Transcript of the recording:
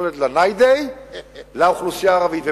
לא לדלא ניידי לאוכלוסייה הערבית.